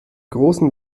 großen